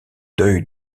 deuil